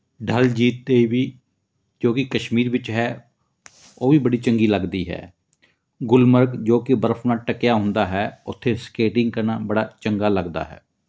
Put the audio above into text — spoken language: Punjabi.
ਡਲ ਝੀਲ 'ਤੇ ਵੀ ਜੋ ਕਿ ਕਸ਼ਮੀਰ ਵਿੱਚ ਹੈ ਉਹ ਵੀ ਬੜੀ ਚੰਗੀ ਲੱਗਦੀ ਹੈ ਗੁਲਮਰਗ ਜੋ ਕਿ ਬਰਫ ਨਾਲ ਢੱਕਿਆ ਹੁੰਦਾ ਹੈ ਉੱਥੇ ਸਕੇਟਿੰਗ ਕਰਨਾ ਬੜਾ ਚੰਗਾ ਲੱਗਦਾ ਹੈ